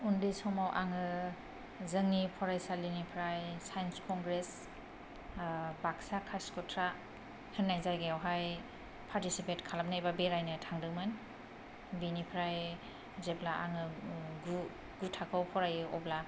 उन्दै समाव आङो जोंनि फराइसालिनिफ्राय साइन्स कंग्रेस बाक्सा कासिखथ्रा होननाय जायगायावहाय पार्टिसिपेट खालामनो एबा बेरायनो थांदोंमोन बेनिफ्राय जेब्ला आङो गु गु थाखोआव फरायो अब्ला